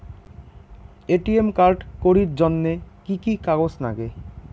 ATM card করির জন্যে কি কি কাগজ নাগে?